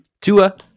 Tua